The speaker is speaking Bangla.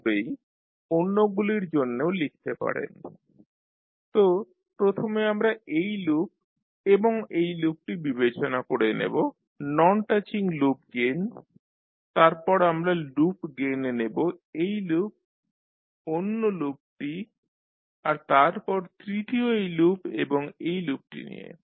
সেইভাবেই অন্যগুলির জন্যেও লিখতে পারেন তো প্রথমে আমরা এই লুপ এবং এই লুপটি বিবেচনা করে নেব নন টাচিং লুপ গেইন তারপর আমরা লুপ গেইন নেবো এই লুপ অন্য লুপটি আর তারপর তৃতীয় এই লুপ এবং এই লুপটি নিয়ে